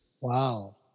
Wow